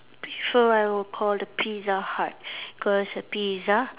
prefer I would call the Pizza Hut cause the pizza